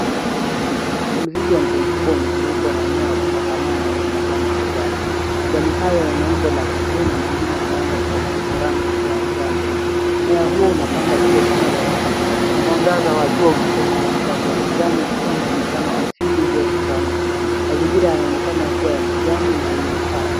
Mzizi wa mti mkubwa umezungukwa na mmea wa kupandamana ya wenye majani ya kijani. Majani hayo yana umbo la pekee na mengine yameanza kubadilika rangi kuwa ya njano. Mmea huo unapanda juu ya shina la mti na mwangaza wa jua unapenya katikati ya majani ukitoa muonekano wa asili uliochangamka. Mazingira yanaonekana kuwa ya kijani na yenye uhai.